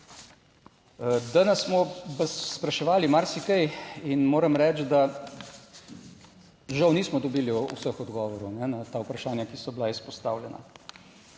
Danes smo vas spraševali marsikaj in moram reči, da žal nismo dobili vseh odgovorov na ta vprašanja, ki so bila izpostavljena.